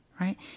right